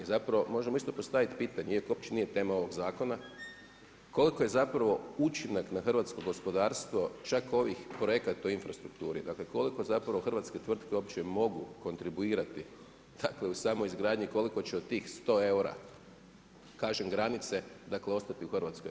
Zapravo možemo isto postaviti pitanje, iako uopće nije tema ovog zakona koliko je zapravo učinak na hrvatsko gospodarstva čak ovih projekata u infrastrukturi, dakle koliko zapravo hrvatske tvrtke uopće mogu kontribuirati dakle u samoj izgradnji koliko će od tih sto eura kažem granice, dakle ostati u Hrvatskoj.